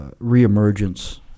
reemergence